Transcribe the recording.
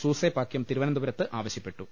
സൂസൈപാകൃം തിരു വനന്ത പു രത്ത് ആവശ്യപ്പെട്ടു